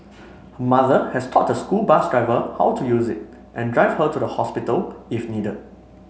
her mother has taught the school bus driver how to use it and drive her to the hospital if needed